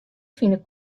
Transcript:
fine